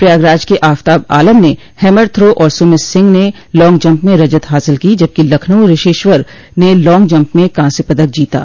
प्रयागराज के आफताब आलम ने hammer throw और सुमित सिंह ने लांग जम्प में रजत हासिल की जबकि लखनऊ ऋषिश्वर ने लांग जम्प में कांस्य पदक जीता है